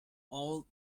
old